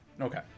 Okay